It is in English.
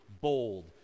bold